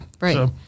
Right